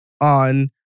on